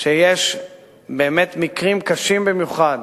שיש מקרים קשים במיוחד